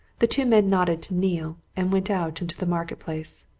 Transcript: the two men nodded to neale and went out into the market-place.